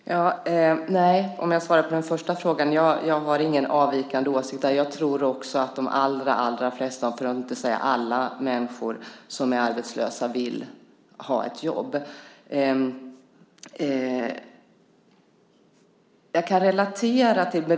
Fru talman! Nej, för att svara på den första frågan, jag har ingen avvikande åsikt där. Jag tror också att de allra flesta människor, för att inte säga alla, som är arbetslösa vill ha ett jobb.